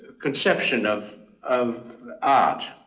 conception of of art.